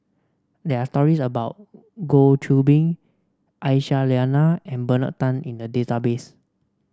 there are stories about Goh Qiu Bin Aisyah Lyana and Bernard Tan in the database